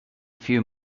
few